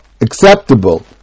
acceptable